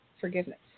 forgiveness